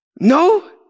No